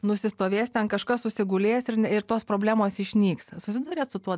nusistovės ten kažkas susigulės ir ne tos problemos išnyks susiduriat su tuo